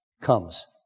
comes